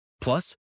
Plus